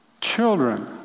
children